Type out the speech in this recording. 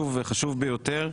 תודה לך על הדיון החשוב ביותר.